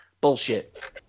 Bullshit